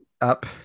up